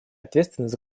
ответственность